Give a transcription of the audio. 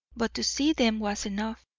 but to see them was enough.